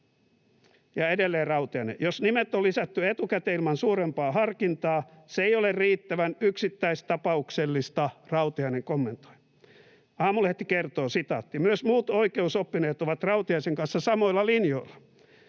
Ja edelleen Rautiainen: ”’Jos nimet on lisätty etukäteen ilman suurempaa harkintaa, se ei ole riittävän yksittäistapauksellista’, Rautiainen kommentoi.” Aamulehti kertoo: ”Myös muut oikeusoppineet ovat Rautiaisen kanssa samoilla linjoilla.”